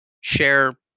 share